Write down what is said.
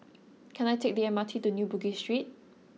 can I take the M R T to New Bugis Street